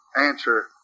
answer